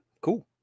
cool